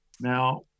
now